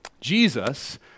Jesus